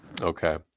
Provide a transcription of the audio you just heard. Okay